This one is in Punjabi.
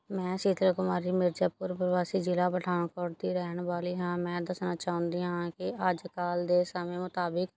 ਮੈਂ ਸ਼ੀਤਲ ਕੁਮਾਰੀ ਮਿਰਜ਼ਾਪੁਰ ਪ੍ਰਵਾਸੀ ਜਿਲ੍ਹਾ ਪਠਾਨਕੋਟ ਦੀ ਰਹਿਣ ਵਾਲੀ ਹਾਂ ਮੈਂ ਦੱਸਣਾ ਚਾਹੁੰਦੀ ਹਾਂ ਕਿ ਅੱਜ ਕੱਲ੍ਹ ਦੇ ਸਮੇਂ ਮੁਤਾਬਿਕ